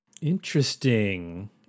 Interesting